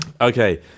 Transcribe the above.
Okay